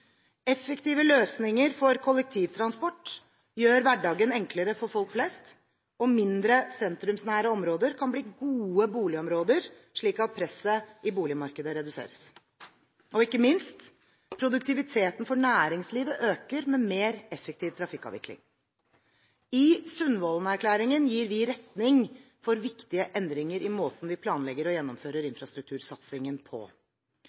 Effektive løsninger for kollektivtransport gjør hverdagen enklere for folk flest, og mindre sentrumsnære områder kan bli gode boligområder, slik at presset i boligmarkedet reduseres. Og, ikke minst, produktiviteten for næringslivet øker med mer effektiv trafikkavvikling. I Sundvolden-erklæringen gir vi retning for viktige endringer i måten vi planlegger og gjennomfører infrastruktursatsningen på.